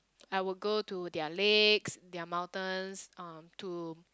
I would go to their lakes their mountains um to